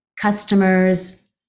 customers